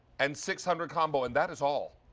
and six hundred combination. that's all.